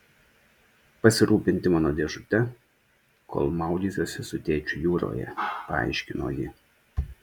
pasirūpinti mano dėžute kol maudysiuosi su tėčiu jūroje paaiškino ji